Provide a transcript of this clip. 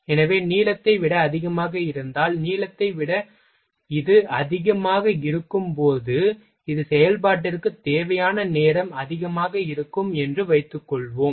எனவே நீளத்தை விட அதிகமாக இருந்தால் நீளத்தை விட அதிகமாக இருந்தால் இந்த செயல்பாட்டிற்கு தேவையான நேரம் அதிகமாக இருக்கும் என்று வைத்துக்கொள்வோம்